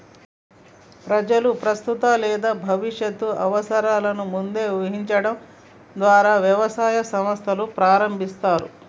ప్రజలు ప్రస్తుత లేదా భవిష్యత్తు అవసరాలను ముందే ఊహించడం ద్వారా వ్యాపార సంస్థలు ప్రారంభిస్తారు